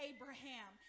Abraham